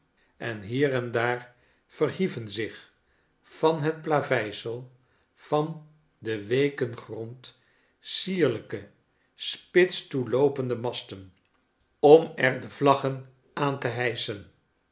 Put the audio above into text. en hier en daar verhieven zich van het plaveisel van den weeken grond sierlijke spits toeloopende masten om er de vlaggen aan te